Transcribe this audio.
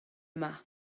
yma